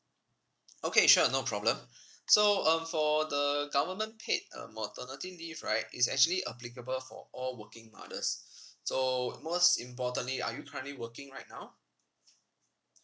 okay sure no problem so um for the government paid uh maternity leave right it's actually applicable for all working mothers so most importantly are you currently working right now